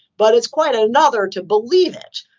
but it's quite ah another to believe it.